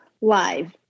Live